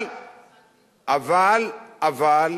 אבל-אבל-אבל